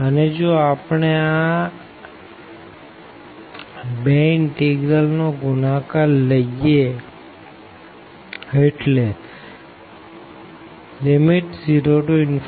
અને જો આપણે આ 2 ઇનટેગ્ર્લ નો ગુણાકાર લઇ એ એટલે 0e x2dx0e y2dy